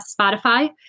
spotify